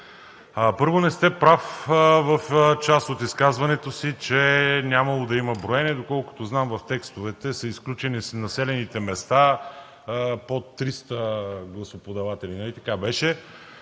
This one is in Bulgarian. първо, не сте прав в част от изказването си – че нямало да има броене. Доколкото знам в текстовете са изключени населените места с под 300 гласоподаватели,